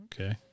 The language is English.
Okay